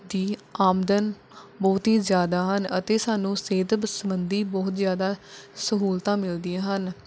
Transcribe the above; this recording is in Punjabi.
ਦੀ ਆਮਦਨ ਬਹੁਤ ਹੀ ਜ਼ਿਆਦਾ ਹਨ ਅਤੇ ਸਾਨੂੰ ਸਿਹਤ ਬ ਸਬੰਧੀ ਬਹੁਤ ਜ਼ਿਆਦਾ ਸਹੂਲਤਾਂ ਮਿਲਦੀਆਂ ਹਨ